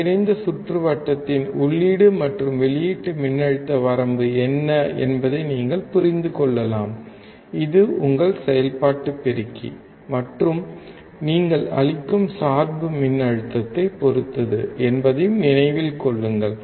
ஒருங்கிணைந்த சுற்றுவட்டத்தின் உள்ளீடு மற்றும் வெளியீட்டு மின்னழுத்த வரம்பு என்ன என்பதை நீங்கள் புரிந்து கொள்ளலாம் இது உங்கள் செயல்பாட்டு பெருக்கி மற்றும் நீங்கள் அளிக்கும் சார்பு மின்னழுத்தத்தைப் பொறுத்தது என்பதையும் நினைவில் கொள்ளுங்கள்